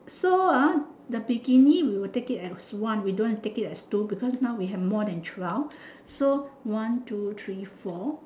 so ah the bikini we will take it as one we don't want take it as two because now we have more than twelve so one two three four